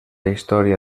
història